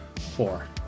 Four